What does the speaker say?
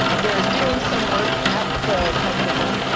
they are doing some work at the company.